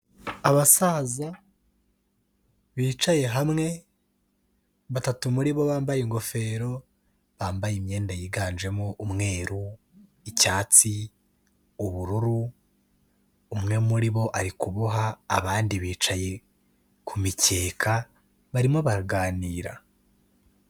Abasaza bicaye hamwe batatu muri bo bambaye ingofero bambaye imyenda yiganjemo umweru, icyatsi, ubururu umwe muri bo ari kuboha abandi bicaye ku mikeka barimo baraganira.